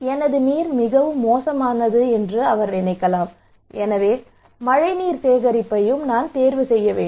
எனது நீர் மோசமானது என்று அவர் நினைக்கலாம் எனவே மழைநீர் சேகரிப்பையும் நான் தேர்வு செய்ய வேண்டும்